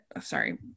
sorry